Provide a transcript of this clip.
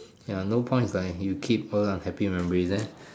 ya no point right you keep all those unhappy memories then